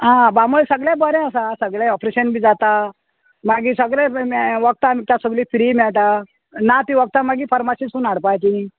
आं बांबोळे सगळें बरें आसा सगळें ऑपरेशन बी जाता मागीर सगळें वखदां बिखदां सगलीं फ्री मेळटा ना तीं वखदां मागीर फोर्मासींसून हाडपाचीं